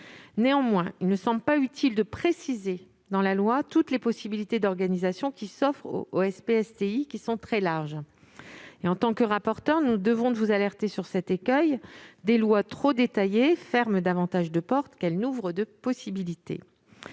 Néanmoins, il ne paraît pas utile de préciser dans la loi toutes les possibilités d'organisation qui s'offrent aux SPSTI et qui sont très larges. En tant que rapporteur, je me dois de vous alerter sur cet écueil : des lois trop détaillées ferment davantage de portes qu'elles n'ouvrent de possibilités.